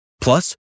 Plus